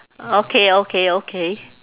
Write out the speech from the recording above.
okay okay okay